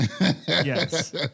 yes